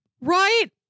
Right